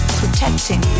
protecting